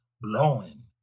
Blowing